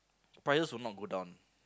prices will not go down